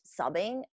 subbing